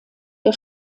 der